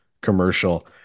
commercial